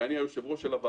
ואני היושב-ראש שלה.